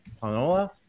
Panola